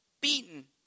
beaten